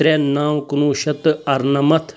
ترٛےٚ نَو کُنہٕ وُہ شَتھ تہٕ اَرنَمَتَھ